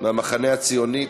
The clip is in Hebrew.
מהמחנה הציוני.